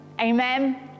amen